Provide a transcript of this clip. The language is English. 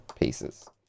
pieces